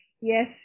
Yes